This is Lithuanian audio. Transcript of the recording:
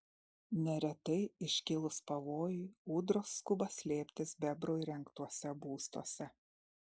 neretai iškilus pavojui ūdros skuba slėptis bebrų įrengtuose būstuose